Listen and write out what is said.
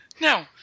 No